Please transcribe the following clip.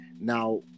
now